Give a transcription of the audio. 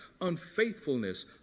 unfaithfulness